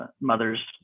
Mother's